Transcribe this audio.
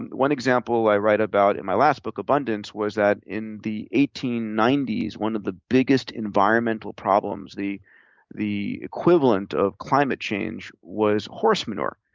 and one example i write about in my last book abundance was that in the eighteen ninety s, one of the biggest environmental problems, the the equivalent of climate change, was horse manure.